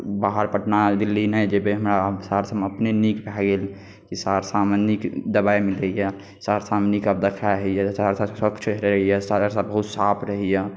बाहर पटना दिल्ली नहि जेबै हमरा सहरसेमे अपने नीक भए गेल कि सहरसामे नीक दबाइ मिलैए सहरसामे नीक आब देखाइ होइए सहरसा स्वच्छ रहैए सहरसा बहुत साफ रहैए